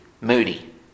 Moody